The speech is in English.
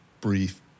brief